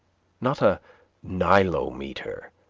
not a nilometer,